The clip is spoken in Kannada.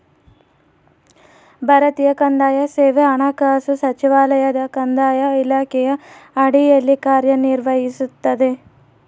ಭಾರತೀಯ ಕಂದಾಯ ಸೇವೆ ಹಣಕಾಸು ಸಚಿವಾಲಯದ ಕಂದಾಯ ಇಲಾಖೆಯ ಅಡಿಯಲ್ಲಿ ಕಾರ್ಯನಿರ್ವಹಿಸ್ತದ